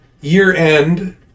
year-end